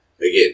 Again